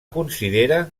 considera